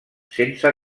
sense